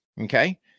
Okay